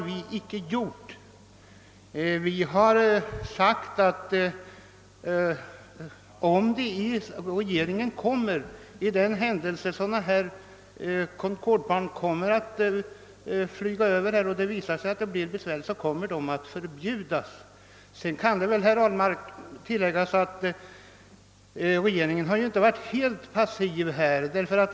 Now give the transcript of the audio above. Vi har sagt att i händelse sådana Concordeplan kommer att flyga över vårt land och detta medför besvär kommer de att förbjudas. Det kan tilläggas, herr Ahlmark, att regeringen inte har varit helt passiv på detta område.